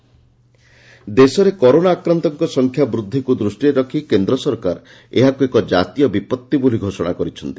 corona ଦେଶରେ corona ଆକ୍ରାନ୍ଡଙ୍କ ସଂଖ୍ୟା ବୃଦ୍ଧିକୁ ଦୃଷ୍ଟିରେ ରଖ୍ କେନ୍ଦ୍ର ସରକାର ଏହାକୁ ଏକ ଜାତୀୟ ବିପଭି ବୋଲି ଘୋଷଣା କରିଛନ୍ତି